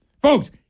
Folks